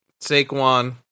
Saquon